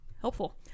Helpful